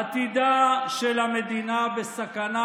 עתידה של המדינה בסכנה,